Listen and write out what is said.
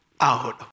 out